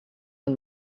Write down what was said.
and